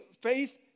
faith